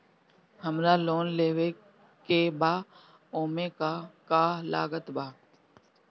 हमरा लोन लेवे के बा ओमे का का लागत बा?